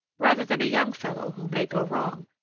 rather than a young fellow who may go wrong,